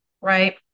right